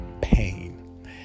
pain